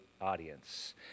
audience